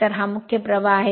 तर हा मुख्य प्रवाह आहे